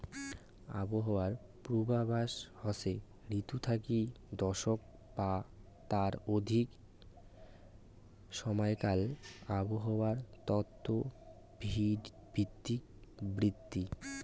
আবহাওয়ার পূর্বাভাস হসে ঋতু থাকি দশক বা তার অধিক সমাইকাল আবহাওয়ার তত্ত্ব ভিত্তিক বিবৃতি